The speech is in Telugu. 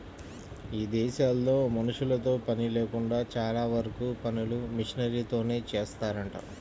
ఇదేశాల్లో మనుషులతో పని లేకుండా చానా వరకు పనులు మిషనరీలతోనే జేత్తారంట